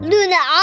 Luna